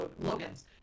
Logan's